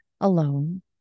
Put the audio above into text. alone